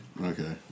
Okay